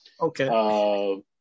Okay